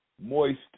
Moist